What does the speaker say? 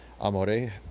amore